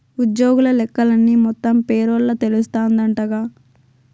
ఉజ్జోగుల లెక్కలన్నీ మొత్తం పేరోల్ల తెలస్తాందంటగా